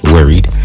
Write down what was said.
Worried